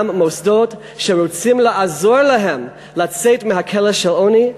גם מוסדות שרוצים לעזור להם לצאת מהכלא של העוני.